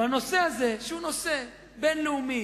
בנושא הזה, שהוא נושא בין-לאומי,